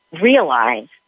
realize